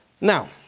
Now